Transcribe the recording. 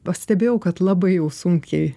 pastebėjau kad labai jau sunkiai